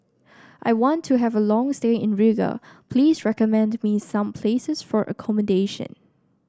I want to have a long stay in Riga please recommend me some places for accommodation